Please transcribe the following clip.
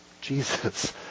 Jesus